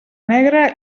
negra